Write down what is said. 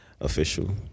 official